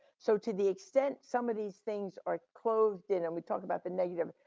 so, to the extent some of these things are closed in and we talked about the negative.